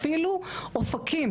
אפילו אופקים,